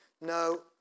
no